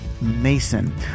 Mason